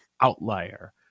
outlier